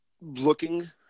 looking